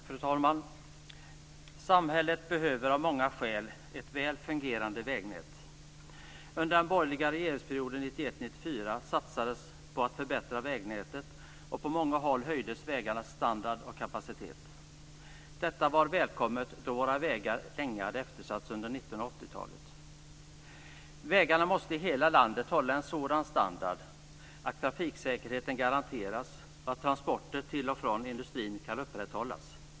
Fru talman! Samhället behöver av många skäl ett väl fungerande vägnät. Under den borgerliga regeringsperioden 1991-1994 satsades det på att förbättra vägnätet, och på många håll höjdes vägarnas standard och kapacitet. Detta var välkommet då våra vägar länge hade eftersatts under 1980-talet. Vägarna i hela landet måste hålla en sådan standard att trafiksäkerheten garanteras och transporter till och från industrin kan upprätthållas.